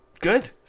Good